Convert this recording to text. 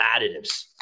additives